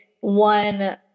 one